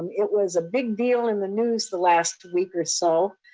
it was a big deal in the news the last week or so.